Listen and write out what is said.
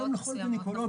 היום לכל גינקולוג,